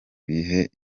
gihe